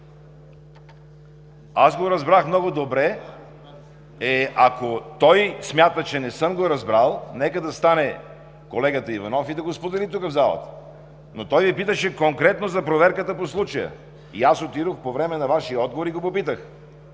Аз го разбрах много добре. Ако той смята, че не съм го разбрал, нека да стане колегата Иванов и да го сподели тук, в залата. Но той Ви питаше конкретно за проверката по случая и аз отидох по време на Вашия отговор и го попитах.